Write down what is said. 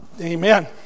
Amen